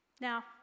Now